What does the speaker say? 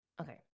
Okay